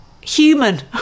human